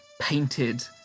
painted